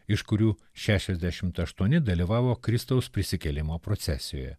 iš kurių šešiasdešimt aštuoni dalyvavo kristaus prisikėlimo procesijoje